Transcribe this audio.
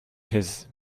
his